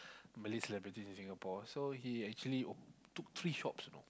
Malay celebrities in Singapore so he actually op~ took three shops you know